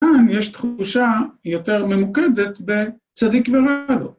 ‫כאן יש תחושה יותר ממוקדת ‫בצדיק ורע לו.